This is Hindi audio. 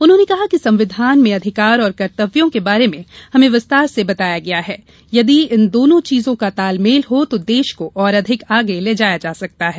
उन्होंने कहा कि संविधान में अधिकार और कर्तव्यों के बारे में हमें विस्तार से बताया गया है यदि इन दोनो चीजों का तालमेल हो तो देश को और अधिक आगे ले जाया जा सकता है